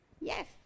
yes